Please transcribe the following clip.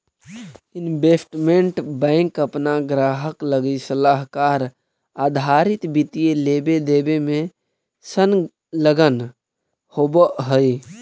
investment bank अपना ग्राहक लगी सलाहकार आधारित वित्तीय लेवे देवे में संलग्न होवऽ हई